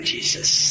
Jesus